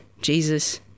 Jesus